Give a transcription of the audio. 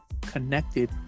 connected